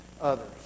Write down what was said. others